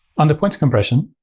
under points compression,